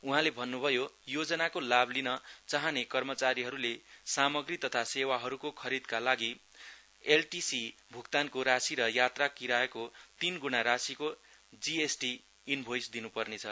उहाँले भन्नुभयो योजनाको लाभ लिन चाहने कर्मचारीहरुले सामग्री तथा सेवाहरुको खरीदका लागि एलटीसी भुक्तानको राशि र यात्रा किरायाको तीन गुणा राशिको जीएसटी इनभोइस दिनुपर्नेछ